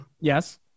Yes